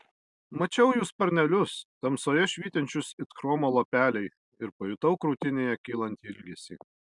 mačiau jų sparnelius tamsoje švytinčius it chromo lapeliai ir pajutau krūtinėje kylantį ilgesį